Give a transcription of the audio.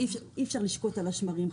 אי אפשר לשקוד על השמרים,